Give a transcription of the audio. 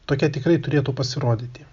tokia tikrai turėtų pasirodyti